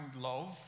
love